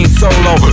solo